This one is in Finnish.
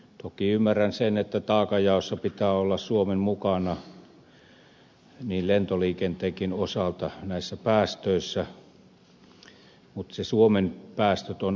toki ymmärrän sen että taakanjaossa pitää olla suomen mukana lentoliikenteenkin osalta näissä päästöissä mutta ne suomen päästöt ovat aika pienet